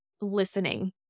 listening